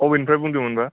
अबेनिफ्राय बुंदोमोन बा